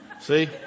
See